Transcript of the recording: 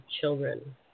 children